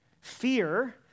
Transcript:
Fear